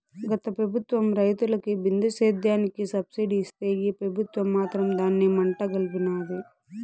గత పెబుత్వం రైతులకి బిందు సేద్యానికి సబ్సిడీ ఇస్తే ఈ పెబుత్వం మాత్రం దాన్ని మంట గల్పినాది